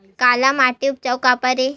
काला माटी उपजाऊ काबर हे?